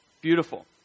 Beautiful